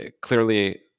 clearly